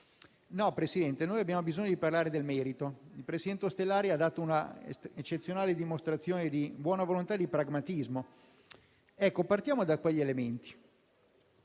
Presidente, abbiamo bisogno invece di parlare del merito. Il presidente Ostellari ha dato un'eccezionale dimostrazione di buona volontà e di pragmatismo. Ecco, partiamo da quegli elementi.